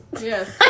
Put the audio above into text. Yes